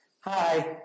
Hi